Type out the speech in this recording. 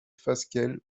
fasquelle